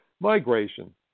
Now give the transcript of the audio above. migration